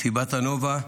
מסיבת הנובה,